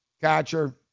catcher